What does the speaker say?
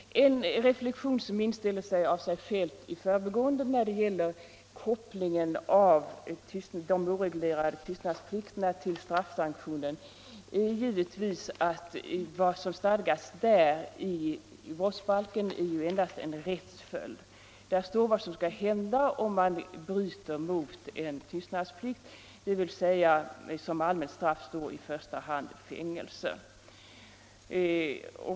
En reflexion som inställer sig av sig självt i förbigående när det gäller kopplingen av de oreglerade tystnadsplikterna till straffsanktionen är givetvis att vad som stadgas i brottsbalken ju endast är en rättspåföljd. Där står vad som händer om man bryter mot en tystnadsplikt, dvs. som allmänt straff står i första hand fängelse.